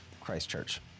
Christchurch